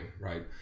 right